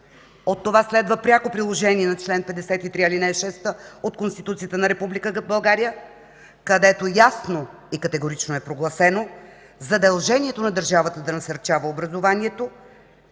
От това следва пряко приложение на чл. 53, ал. 6 от Конституцията на Република България, където ясно и категорично е прогласено задължението на държавата да насърчава образованието,